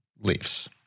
Leaves